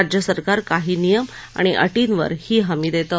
राज्य सरकार काही नियम आणि अटींवर ही हमी देतं